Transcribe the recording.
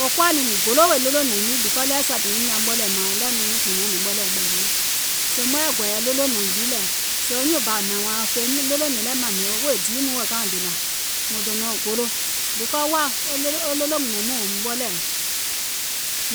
Wò koȧ nìŋ mùŋ golo wèè ɗolònɛ̀ŋ lii because ɗeweɛ̀ sua nyɛ̀ŋ nyiŋ naŋ ɓɔlɛ̀ɛ̀ mȧȧŋ ɗeweɛ̀ nɔŋ nyɛ̀iŋ nyuùnkpùnɔɔ̀ŋ nìŋ ɓɔlɛ̀ɛ̀ ɓɛ̀ guùŋ,